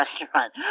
restaurant